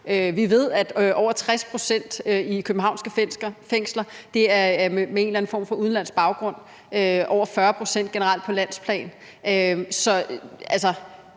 Vi ved, at over 60 pct. i de københavnske fængsler har en eller anden form for udenlandsk baggrund. Det er over 40 pct. generelt på landsplan.